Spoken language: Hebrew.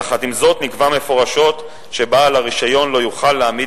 יחד עם זאת נקבע מפורשות שבעל הרשיון לא יוכל להעמיד